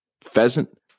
pheasant